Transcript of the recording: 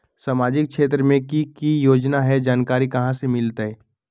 सामाजिक क्षेत्र मे कि की योजना है जानकारी कहाँ से मिलतै?